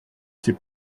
ces